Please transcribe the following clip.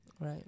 Right